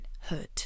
Hood